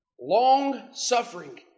Long-suffering